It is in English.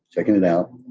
checking it out.